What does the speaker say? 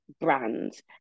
brands